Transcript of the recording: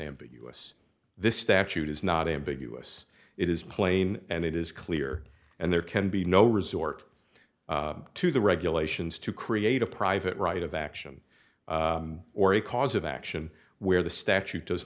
ambiguous this statute is not ambiguous it is plain and it is clear and there can be no resort to the regulations to create a private right of action or a cause action where the statute does